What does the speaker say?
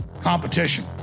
competition